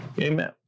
Amen